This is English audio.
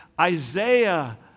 Isaiah